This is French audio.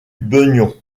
beugnon